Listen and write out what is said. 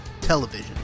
television